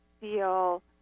feel